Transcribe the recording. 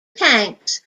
tanks